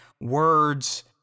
words